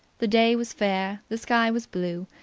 the day was fair, the sky was blue,